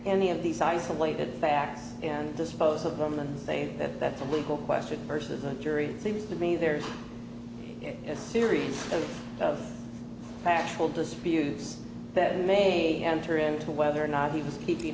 any of these isolated facts and dispose of them and say that that's a legal question versus a jury seems to me there's a series of factual disputes that may enter into whether or not he was keeping